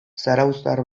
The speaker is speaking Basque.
zarauztar